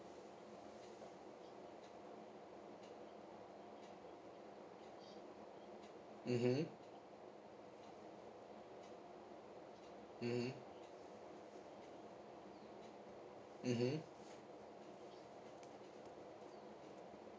mmhmm mmhmm mmhmm